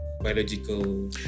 biological